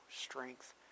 strength